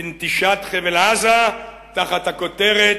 בנטישת חבל-עזה תחת הכותרת: